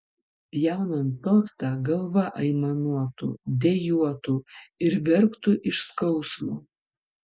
pjaunant tortą galva aimanuotų dejuotų ir verktų iš skausmo